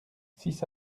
six